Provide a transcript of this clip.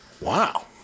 Wow